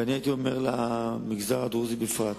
והייתי אומר שלמגזר הדרוזי בפרט.